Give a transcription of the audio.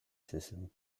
system